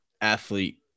athlete